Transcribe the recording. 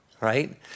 right